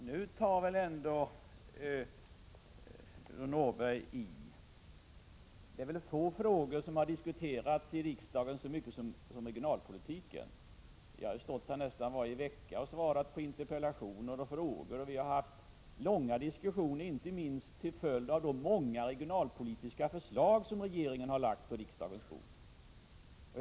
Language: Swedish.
Fru talman! Nu tar väl ändå Gudrun Norberg i! Det är få frågor som har diskuterats så mycket i riksdagen som regionalpolitiken. Jag har stått här nästan varje vecka och svarat på interpellationer och frågor, vi har haft långa diskussioner, inte minst till följd av de många regionalpolitiska förslag som regeringen har lagt på riksdagens bord.